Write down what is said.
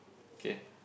okay